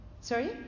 Sorry